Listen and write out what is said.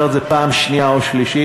אני אומר את זה פעם שנייה או שלישית,